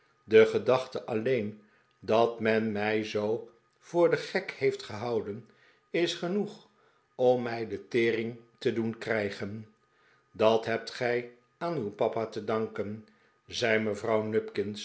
de gedachte alleen dat men mij zoo voor den gek heeft gehouden is genoeg om mij de tering te doen krijgen dat hebt gij aan uw papa te danken zei mevrouw